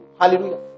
Hallelujah